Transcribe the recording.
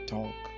Talk